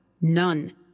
none